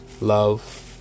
love